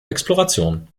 exploration